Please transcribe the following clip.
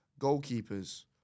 goalkeepers